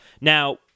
Now